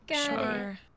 Sure